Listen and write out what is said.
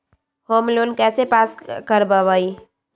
Home loan कैसे pass कर बाबई?